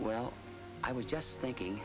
well i was just thinking